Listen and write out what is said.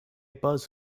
buzz